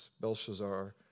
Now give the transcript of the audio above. Belshazzar